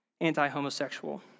anti-homosexual